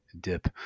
dip